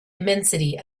immensity